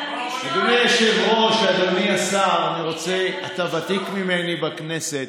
אדוני היושב-ראש, אדוני השר, אתה ותיק ממני בכנסת.